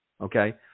Okay